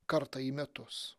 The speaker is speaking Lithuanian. kartą į metus